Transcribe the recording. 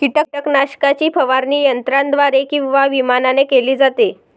कीटकनाशकाची फवारणी यंत्राद्वारे किंवा विमानाने केली जाते